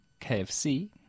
KFC